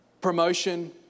promotion